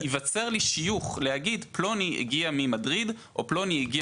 ייווצר לי שיוך לומר שפלוני הגיע ממדריך או פלוני הגיע מברלין.